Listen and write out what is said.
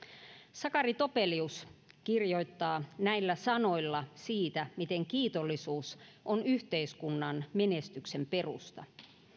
sakari topelius kirjoittaa näillä sanoilla siitä miten kiitollisuus on yhteiskunnan menestyksen perusta